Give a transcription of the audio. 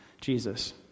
Jesus